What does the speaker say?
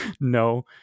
No